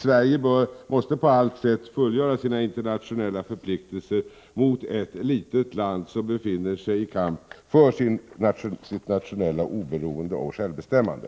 Sverige måste på allt sätt fullgöra sina internationella förpliktelser mot ett litet land som befinner sig i kamp för sitt nationella oberoende och självbestämmande.